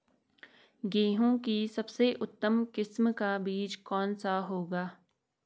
गेहूँ की सबसे उत्तम किस्म का बीज कौन सा होगा?